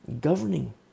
governing